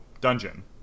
dungeon